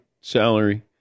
salary